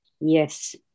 Yes